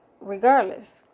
regardless